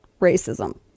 racism